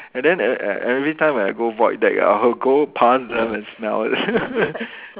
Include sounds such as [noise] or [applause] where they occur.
and then e~ e~ everytime when I go void deck I will go pass them and smell it [laughs]